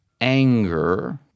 anger